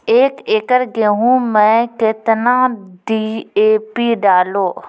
एक एकरऽ गेहूँ मैं कितना डी.ए.पी डालो?